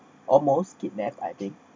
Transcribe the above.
almost kidnap I think